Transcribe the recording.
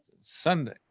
Sunday